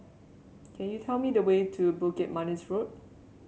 can you tell me the way to Bukit Manis Road